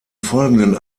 folgenden